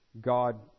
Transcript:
God